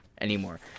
anymore